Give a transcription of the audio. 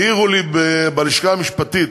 העירו לי בלשכה המשפטית